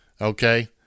Okay